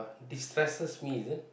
destresses me is it